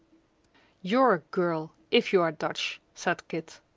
you're a girl, if you are dutch, said kit.